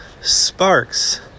sparks